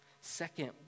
Second